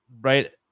right